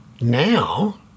now